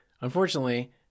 unfortunately